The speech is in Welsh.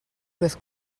beth